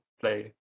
play